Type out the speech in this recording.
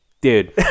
Dude